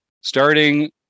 starting